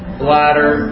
bladder